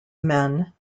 men